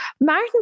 Martin